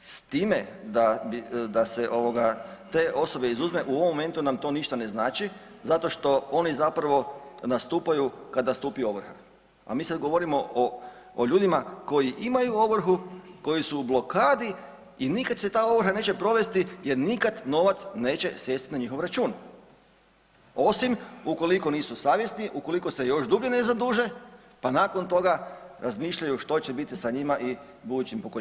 S time da bi, da se, te osobe izuzme u ovom momentu nam to ništa ne znači zato što oni zapravo nastupaju kada stupi ovrha, a mi sad govorimo o ljudima koji imaju ovrhu, koji su u blokadi i nikad se ta ovrha neće provesti jer nikad novac neće sjesti na njihov račun, osim ukoliko nisu savjesni, ukoliko se još dublje ne zaduže pa nakon toga razmišljaju što će biti sa njima i budućim pokoljenjem.